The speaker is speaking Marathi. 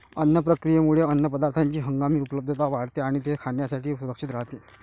अन्न प्रक्रियेमुळे अन्नपदार्थांची हंगामी उपलब्धता वाढते आणि ते खाण्यासाठी सुरक्षित राहते